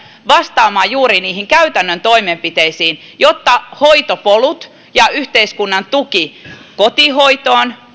vastaamaan juuri käytännön toimenpiteisiin jotta hoitopolut ja yhteiskunnan tuki kotihoitoon